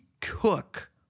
cook